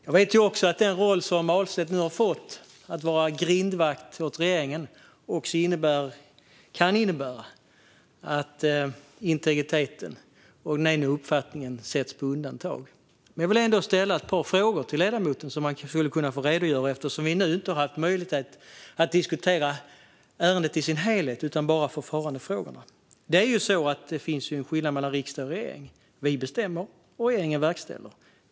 Jag vet att den roll som Ahlstedt nu har fått - att vara grindvakt åt regeringen - också innebär, eller kan innebära, att integriteten och den egna uppfattningen sätts på undantag. Men jag vill ändå ställa ett par frågor till ledamoten som han skulle kunna få redogöra för svaren på eftersom vi inte har haft möjlighet att diskutera ärendet i dess helhet utan bara förfarandefrågorna. Det finns en skillnad mellan riksdag och regering. Vi bestämmer, och regeringen verkställer.